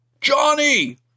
Johnny